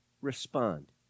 respond